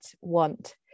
want